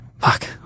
fuck